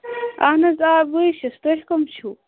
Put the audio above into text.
آہَن حظ آ بٕے چھَس تُہۍ کٔم چھُو